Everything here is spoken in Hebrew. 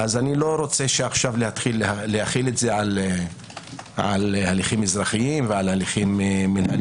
אני לא רוצה להחיל את זה על הליכים אזרחיים ומינהליים,